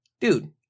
dude